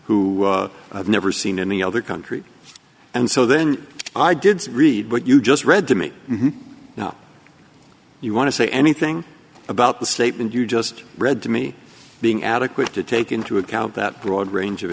have never seen any other country and so then i did read what you just read to me now you want to say anything about the statement you just read to me being adequate to take into account that broad range of